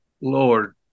Lord